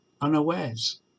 unawares